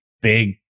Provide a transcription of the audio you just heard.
big